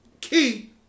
key